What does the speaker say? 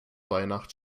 weihnacht